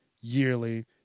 yearly